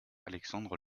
alexandre